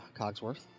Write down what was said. Cogsworth